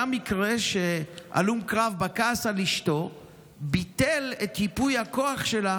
היה מקרה שהלום קרב בכעס על אשתו ביטל את ייפוי הכוח שלה